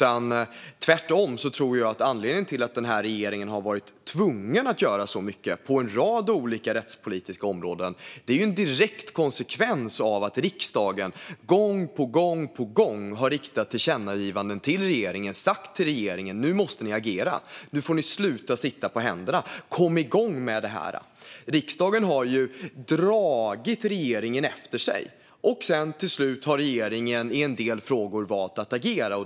Att denna regering har varit tvungen att göra så mycket på en rad olika rättspolitiska områden tror jag tvärtom är en direkt konsekvens av att riksdagen gång på gång har riktat tillkännagivanden till regeringen och sagt till regeringen: Nu måste ni agera. Nu får ni sluta att sitta på händerna. Kom igång med detta. Riksdagen har alltså dragit regeringen efter sig, och sedan har regeringen till slut valt att agera i en del frågor.